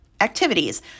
activities